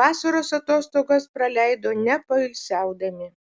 vasaros atostogas praleido nepoilsiaudami